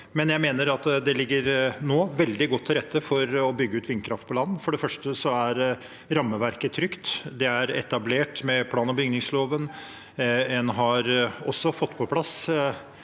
Men jeg mener at det nå ligger veldig godt til rette for å bygge ut vindkraft på land. For det første er rammeverket trygt, det er etablert med plan- og bygningsloven. En har også fått på plass